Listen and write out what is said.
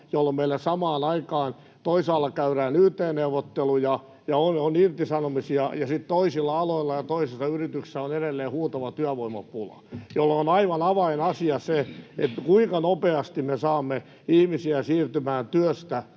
jolloin meillä samaan aikaan toisaalla käydään yt-neuvotteluja ja on irtisanomisia ja sitten toisilla aloilla ja toisilla yrityksillä on edelleen huutava työvoimapula, jolloin on aivan avainasia se, kuinka nopeasti me saamme ihmisiä siirtymään työstä